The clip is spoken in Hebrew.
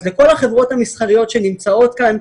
אז לכל החברות המסחריות שנמצאות כאן,